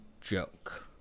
joke